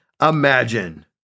imagine